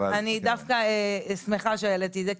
אני דווקא שמחה שהעליתי את זה,